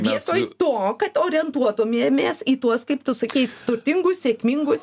vietoj to kad orientuotumėmės į tuos kaip tu sakei turtingus sėkmingus